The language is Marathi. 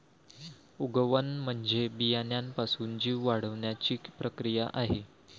उगवण म्हणजे बियाण्यापासून जीव वाढण्याची प्रक्रिया आहे